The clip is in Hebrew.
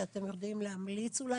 שאתם יודעים להמליץ עליו,